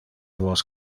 vos